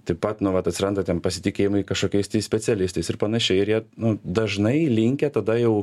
taip pat nu vat atsiranda ten pasitikėjimai kažkokiais tai specialistais ir panašiai ir jie nu dažnai linkę tada jau